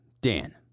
Dan